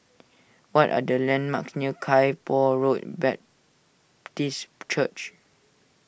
what are the landmark near Kay Poh Road Baptist Church